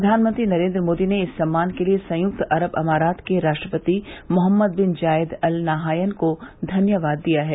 प्रधानमंत्री नरेन्द्र मोदी ने इस सम्मान के लिए संयुक्त अरब अमारात के राष्ट्रपति Mohammed bin Zayed Al Nahyan को धन्यवाद दिया है